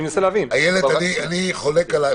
איילת, אני חולק עליך.